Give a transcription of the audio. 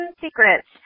secrets